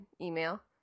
email